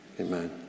Amen